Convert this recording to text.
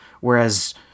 Whereas